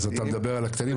אז אתה מדבר על הקטנים,